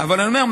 אבל אני אומר,